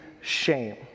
shame